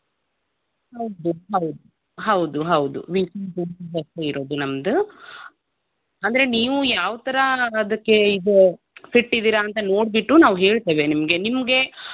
ಹೌದು ಹೌದು ಹೌದು ಹೌದು ವೀಕೆಂಡ್ ಇರೋದು ನಮ್ಮದು ಅಂದರೆ ನೀವು ಯಾವ ಥರ ಅದಕ್ಕೆ ಇದು ಫಿಟ್ ಇದ್ದೀರ ಅಂತ ನೋಡಿಬಿಟ್ಟು ನಾವು ಹೇಳ್ತೇವೆ ನಿಮಗೆ ನಿಮಗೆ